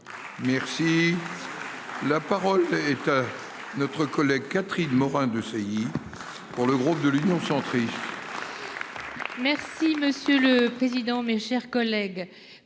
Merci. La parole est à notre collègue Catherine Morin-Desailly pour le groupe de l'Union centriste. Merci monsieur le président, mes chers collègues